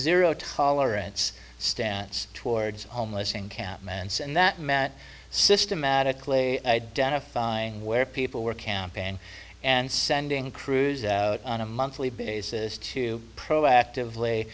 zero tolerance stance towards homeless encampment and that matt systematically identifying where people were camping and sending crews out on a monthly basis to proactively